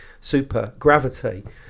supergravity